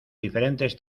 diferentes